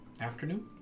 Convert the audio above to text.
afternoon